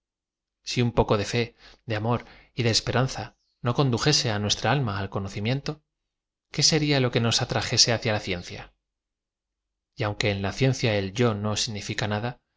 si un poco de fe de am or y de esperanza no condujese nuestra alm a al conocimiento qué serla lo que nos atrajese hacia la ciencia y aunque en la ciencia el y o no signiñca nada